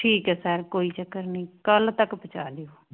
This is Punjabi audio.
ਠੀਕ ਹੈ ਸਰ ਕੋਈ ਚੱਕਰ ਨਹੀਂ ਕੱਲ੍ਹ ਤੱਕ ਪਹੁੰਚਾ ਲਿਓ